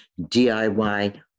DIY